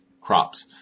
crops